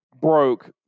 broke